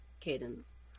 Cadence